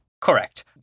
Correct